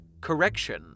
Correction